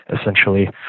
essentially